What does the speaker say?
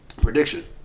prediction